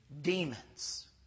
Demons